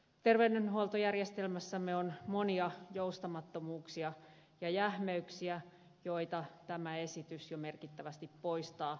terveydenhuoltojärjestelmässämme on monia joustamattomuuksia ja jähmeyksiä joita tämä esitys jo merkittävästi poistaa